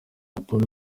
raporo